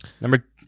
Number